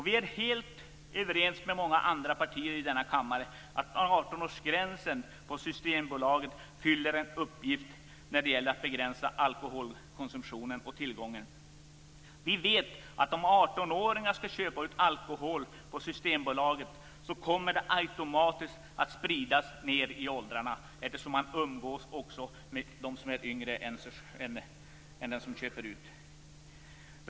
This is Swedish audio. Vi är helt överens med många andra partier i denna kammare om att 18 årsgränsen på Systembolaget fyller en uppgift när det gäller att begränsa alkoholkonsumtionen och tillgången på alkohol. Vi vet att om 18-åringar köper alkohol på Systembolaget kommer den automatiskt att spridas ned i åldrarna, eftersom de umgås också med dem som är yngre.